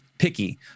picky